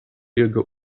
jego